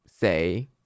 say